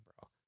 bro